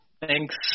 Thanks